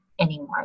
Anymore